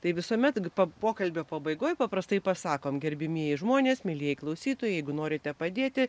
tai visuomet po pokalbio pabaigoje paprastai pasakom gerbiamieji žmonės mielieji klausytojai jeigu norite padėti